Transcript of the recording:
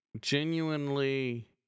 genuinely